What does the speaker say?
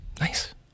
Nice